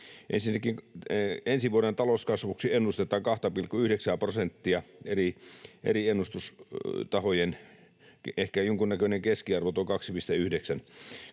Ensinnäkin ensi vuoden talouskasvuksi ennustetaan 2,9:ää prosenttia — eri ennustustahojen ehkä jonkunnäköinen keskiarvo on tuo 2,9.